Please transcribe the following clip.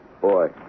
boy